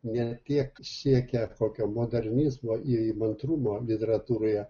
ne tiek siekia kokio modernizmo įmantrumo literatūroje